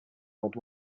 old